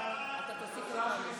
סעיפים 1 15